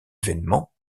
événement